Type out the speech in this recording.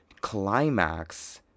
climax